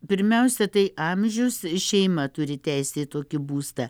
pirmiausia tai amžius šeima turi teisę į tokį būstą